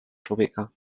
człowieka